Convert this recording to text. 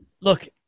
look